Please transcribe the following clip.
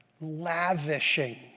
lavishing